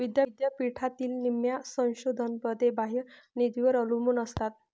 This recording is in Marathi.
विद्यापीठातील निम्म्या संशोधन पदे बाह्य निधीवर अवलंबून असतात